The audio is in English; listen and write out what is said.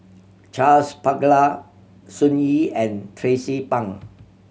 Charles Paglar Sun Yee and Tracie Pang